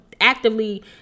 actively